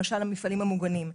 למשל: המפעלים המוגנים.